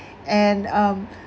and um